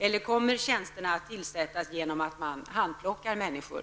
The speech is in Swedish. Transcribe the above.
Eller kommer tjänsterna att tillsättas genom att man handplockar människor?